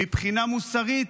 מבחינה מוסרית,